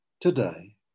Today